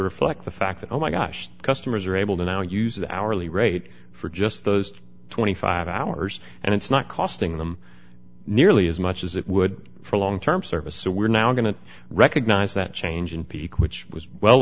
reflect the fact that oh my gosh customers are able to now use the hourly rate for just those twenty five hours and it's not costing them nearly as much as it would for long term service so we're now going to recognize that change in peak which was well